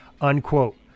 unquote